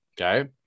Okay